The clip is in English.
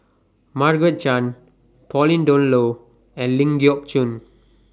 Margaret Chan Pauline Dawn Loh and Ling Geok Choon